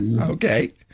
Okay